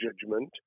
judgment